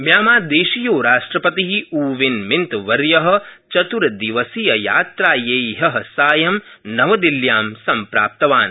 म्यामांदेशीयो राष्ट्रपति U Win मिन्तवर्य चत्र्दिवसीययात्रायै हय सायं नवदिल्ल्यां सम्प्राप्तवान्